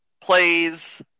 plays